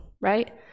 right